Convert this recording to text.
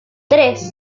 tres